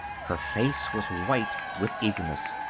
her face was white with earnestness.